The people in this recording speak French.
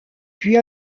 puis